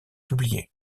publiés